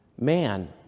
man